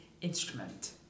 instrument